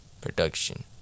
Production